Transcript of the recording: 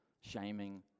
shaming